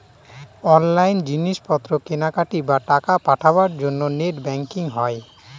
online জিনিস পত্র কেনাকাটি, বা টাকা পাঠাবার জন্য নেট ব্যাঙ্কিং হয়